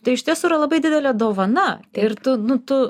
tai iš tiesų yra labai didelė dovana tai ir tu nu tu